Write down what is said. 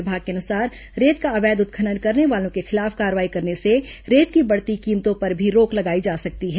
विभाग के अनुसार रेत का अवैध उत्खनन करने वालों के खिलाफ कार्रवाई करने से रेत की बढ़ती कीमतों पर भी रोक लगाई जा सकी है